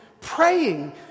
praying